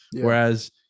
whereas